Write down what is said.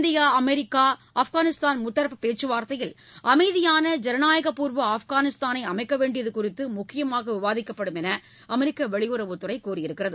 India America Afghanistan முத்தரப்பு பேச்சு வார்த்தையில் அமைதியான ஜனநாயக பூர்வ ஆப்காளிஸ்தானை அமைக்க வேண்டியது குறித்து முக்கியமாக விவாதிக்கப்படும் என்று அமெரிக்க வெளியுறவுத்துறை கூறியுள்ளது